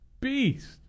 Beast